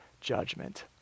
judgment